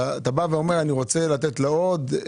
אתה בא ואומר אני רוצה לתת לו עוד,